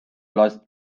last